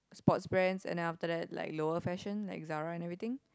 sports brands and after that like lower fashion like Zara anyway thing